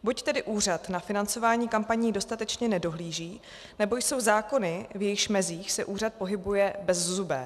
Buď tedy úřad na financování kampaní dostatečně nedohlíží, nebo jsou zákony, v jejichž mezích se úřad pohybuje, bezzubé.